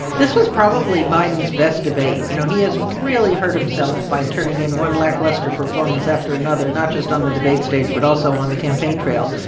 this was probably biden's best debate. you know, he has really hurt himself by turning in one lackluster performance after another, not just on the debate stage but also on the campaign trail.